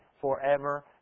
forever